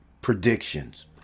predictions